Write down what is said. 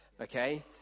Okay